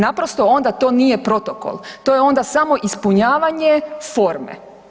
Naprosto onda to nije protokol, to je onda samo ispunjavanje forme.